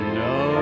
no